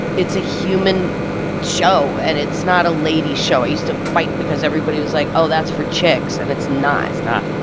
it's a human show. and it's not a lady show. i used to fight because everybody was like, oh, that's for chicks. and it's not no, it's not.